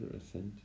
ascent